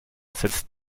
setzt